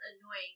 Annoying